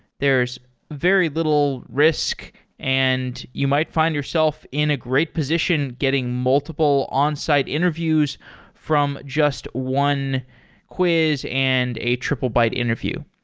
there's very little risk and you might find yourself in a great position getting multiple onsite interviews from just one quiz and a triplebyte interview.